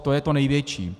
To je to největší.